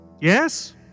Yes